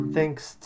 Thanks